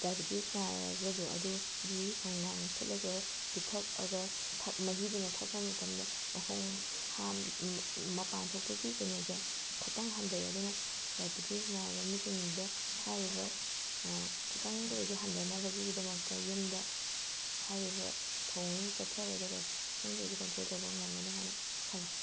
diabetes ꯅꯔꯒꯁꯨ ꯑꯗꯨꯒꯤ ꯈꯣꯡꯅꯥꯡ ꯐꯨꯠꯂꯒ ꯄꯤꯊꯛꯑꯒ ꯃꯍꯤꯗꯨ ꯊꯛꯄ ꯃꯇꯝꯗ ꯃꯈꯣꯡ ꯃꯄꯥꯟ ꯊꯣꯛꯄꯒꯤ ꯀꯩꯅꯣꯁꯦ ꯈꯤꯇꯪ ꯍꯟꯊꯩ ꯑꯗꯨꯅ ꯗꯥꯏꯕꯦꯇꯤꯁ ꯅꯥꯔꯕ ꯃꯤꯁꯤꯡꯗ ꯍꯥꯏꯔꯤꯕ ꯈꯤꯇꯪꯇ ꯑꯣꯏꯔꯁꯨ ꯍꯟꯊꯅꯕꯒꯤꯗꯃꯛꯇ ꯌꯨꯝꯗ ꯍꯥꯏꯔꯤꯕ ꯊꯧꯑꯣꯡꯁꯤ ꯆꯠꯊꯔꯒꯗꯤ ꯗꯥꯏꯕꯦꯇꯤꯁ ꯈꯤꯇꯪꯇ ꯑꯣꯏꯔꯁꯨ ꯀꯟꯇ꯭ꯔꯣꯜ ꯇꯧꯕ ꯉꯝꯒꯅꯤ ꯍꯥꯏꯅ ꯈꯜꯂꯤ